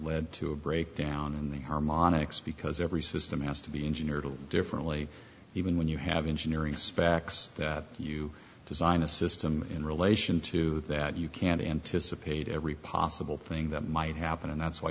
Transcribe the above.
led to a breakdown in the harmonics because every system has to be engineered all differently even when you have engineering specs that you design a system in relation to that you can't anticipate every possible thing that might happen and that's why